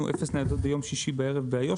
אפס ניידות ביום שישי בערב באיו"ש?